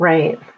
Right